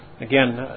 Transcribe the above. Again